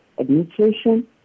administration